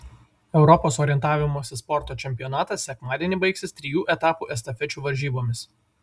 europos orientavimosi sporto čempionatas sekmadienį baigsis trijų etapų estafečių varžybomis